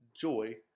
joy